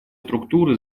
структуры